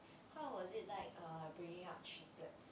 how was it like err bringing up triplets